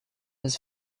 his